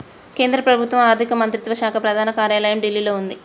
కేంద్ర ప్రభుత్వం ఆర్ధిక మంత్రిత్వ శాఖ ప్రధాన కార్యాలయం ఢిల్లీలో వుంది